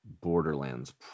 Borderlands